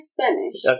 Spanish